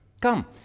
Come